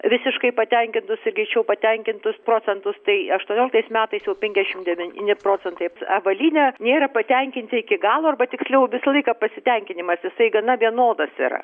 visiškai patenkintus ir greičiau patenkintus procentus tai aštuonioliktais metais jau penkiasdešimt devyni procentai avalyne nėra patenkinti iki galo arba tiksliau visą laiką pasitenkinimas jisai gana vienodas yra